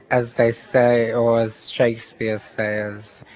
as they say or as shakespeare says,